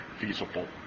feasible